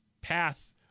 path